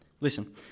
listen